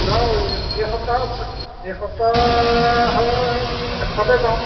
যাওঁ এই সপ্তাহত এই সপ্তাহৰ শেষতে যাওঁ